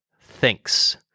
thinks